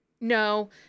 no